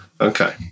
okay